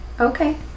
Okay